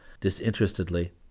disinterestedly